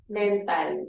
mental